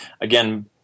Again